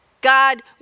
God